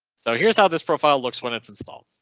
so here's how this profile looks when it's installed.